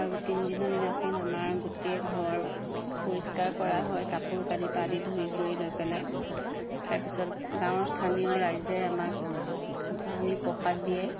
আৰু তিনিদিনৰ দিনাখন আমাৰ গোটেই ঘৰ পৰিষ্কাৰ কৰা হয় কাপোৰ কানিৰ পৰা আদি ধুই মেলি লৈ পেলাই তাৰ পিছত গাঁৱৰ স্থানীয় ৰাইজে আমাক আনি প্ৰসাদ দিয়ে